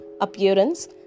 appearance